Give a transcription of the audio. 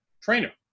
trainer